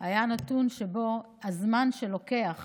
היה הנתון על הזמן שלוקח